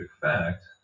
fact